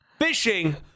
fishing